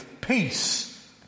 Peace